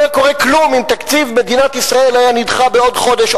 לא היה קורה כלום אם תקציב מדינת ישראל היה נדחה בעוד חודש,